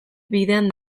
bidean